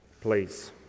please